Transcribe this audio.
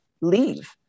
leave